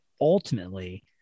ultimately